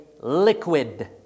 liquid